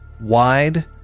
wide